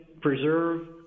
preserve